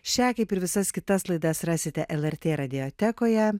šią kaip ir visas kitas laidas rasite lrt radiotekoje